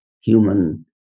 human